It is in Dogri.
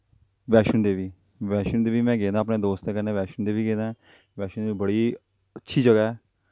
बैष्णो देवी बैष्णो देवी में गेदा ऐ में अपने दोस्तें कन्नै गेदा ऐं बैष्णों देवी बड़ी अच्छी जगह् ऐ